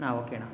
ಹಾಂ ಓಕೆ ಅಣ್ಣ